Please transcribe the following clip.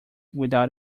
without